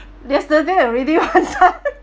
yesterday already one time